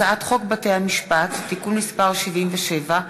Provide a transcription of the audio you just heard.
הצעת חוק בתי-המשפט (תיקון מס' 77),